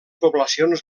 poblacions